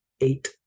eight